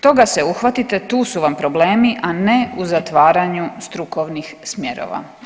Toga se uhvatite, tu su vam problemi, a ne u zatvaranju strukovnih smjerova.